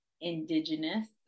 indigenous